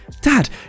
Dad